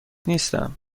نیستم